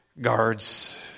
guards